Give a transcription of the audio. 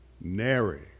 nary